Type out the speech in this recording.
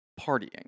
partying